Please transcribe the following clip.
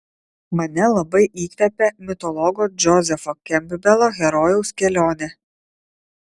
mane labai įkvepia mitologo džozefo kempbelo herojaus kelionė